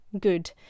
good